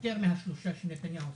יותר מהשלושה שצוינו?